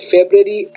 February